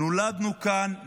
נולדנו כאן,